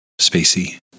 Spacey